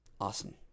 Awesome